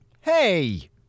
hey